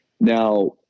Now